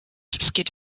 skid